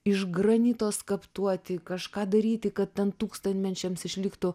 iš granito skaptuoti kažką daryti kad ten tūkstantmečiams išliktų